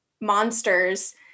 monsters